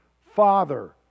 Father